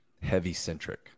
heavy-centric